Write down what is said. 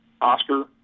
Oscar